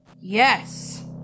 Yes